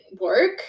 work